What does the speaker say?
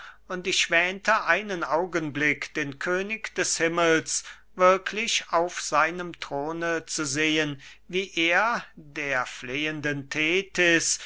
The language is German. und ich wähnte einen augenblick den könig des himmels wirklich auf seinem throne zu sehen wie er der flehenden thetis